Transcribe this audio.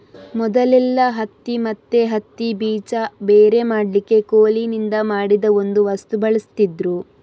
ಮೊದಲೆಲ್ಲಾ ಹತ್ತಿ ಮತ್ತೆ ಹತ್ತಿ ಬೀಜ ಬೇರೆ ಮಾಡ್ಲಿಕ್ಕೆ ಕೋಲಿನಿಂದ ಮಾಡಿದ ಒಂದು ವಸ್ತು ಬಳಸ್ತಿದ್ರು